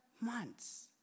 months